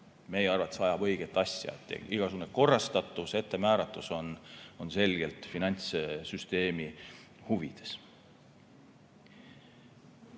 meie arvates ajab õiget asja. Igasugune korrastatus ja ettemääratus on selgelt finantssüsteemi huvides.